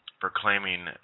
proclaiming